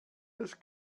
das